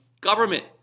government